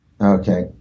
Okay